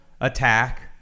attack